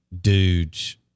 dudes